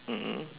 mm mm